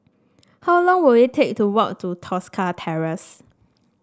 how long will it take to walk to Tosca Terrace